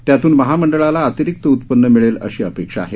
त्यातून महामंडळाला अतिरिक्त उत्पन्न मिळेल अशी अपेक्षा आहे